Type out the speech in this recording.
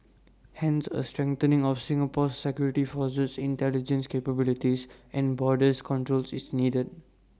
hence A strengthening of Singapore's security forces intelligence capabilities and border controls is needed